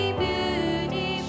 beauty